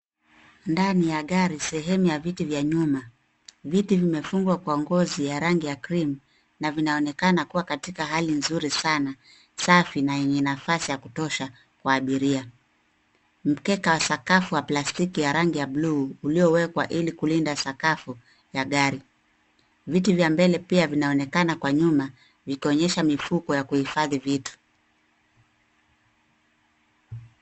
Ndani ya gari sehemu ya viti vya nyuma. Viti vimefungwa kwa ngozi ya rangi ya Cream na vinaonekana kuwa katika hali nzuri sana, safi na yenye nafasi ya kutosha kwa abiria. Mkeka wa sakafu wa plastiki ya rangi ya bluu uliowekwa ili kulinda sakafu ya gari. Viti vya mbele pia vinaonekana kwa nyuma vikionyesha mifugo ya kuhifadi vitu.